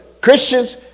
Christians